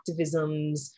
activisms